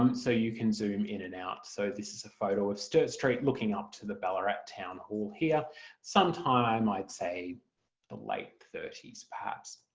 um so you can zoom in and out. so this is a photo of sturt street looking up to the ballarat town hall here some time i'd say the late thirty s perhaps.